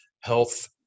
health